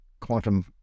quantum